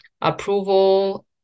approval